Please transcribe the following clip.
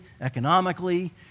economically